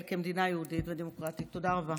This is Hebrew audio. אנחנו דיברנו בנימוס.